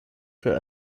für